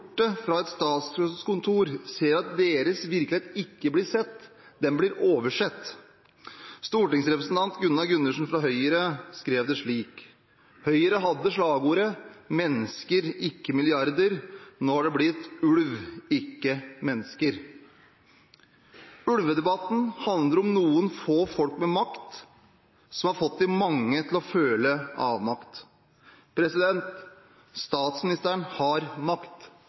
fra et statsrådskontor, ser at deres virkelighet ikke blir sett, den blir oversett. Stortingsrepresentant Gunnar Gundersen fra Høyre skrev det slik: Høyre hadde slagordet: «Mennesker, ikke milliarder». Nå har det blitt: «Ulv, ikke mennesker». Ulvedebatten handler om noen få folk med makt som har fått de mange til å føle avmakt. Statsministeren har makt.